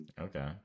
Okay